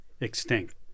extinct